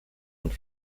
und